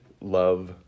love